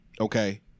Okay